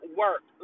work